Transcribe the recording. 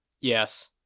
Yes